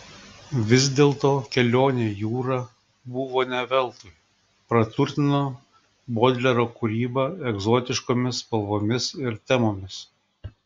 vis dėlto kelionė jūra buvo ne veltui praturtino bodlero kūrybą egzotiškomis spalvomis ir temomis